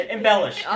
Embellish